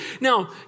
Now